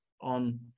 on